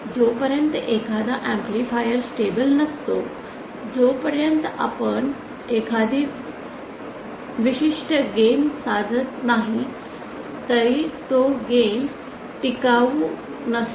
जोपर्यंत एखादा amplifier stable नसतो जोपर्यंत आपण एखादी विशिष्ट गेन साधत नाही तरी तो गेन टिकाऊ नसणार